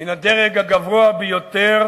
מן הדרג הגבוה ביותר